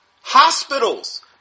Hospitals